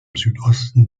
südosten